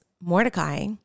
Mordecai